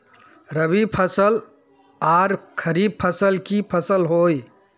रवि फसल आर खरीफ फसल की फसल होय?